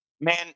Man